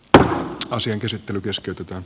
tämän asian käsittely keskeytetä